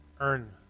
earn